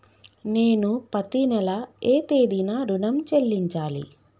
నేను పత్తి నెల ఏ తేదీనా ఋణం చెల్లించాలి?